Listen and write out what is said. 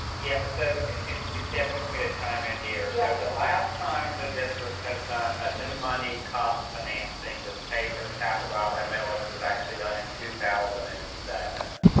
yeah, so if if deb, you want me to chime in here. yeah so the last time the district has done a new money cops financing, that's paid from capital outlay millage was actually done in two thousand and seven